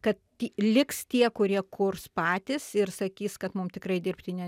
kad liks tie kurie kurs patys ir sakys kad mum tikrai dirbtinio